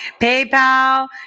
PayPal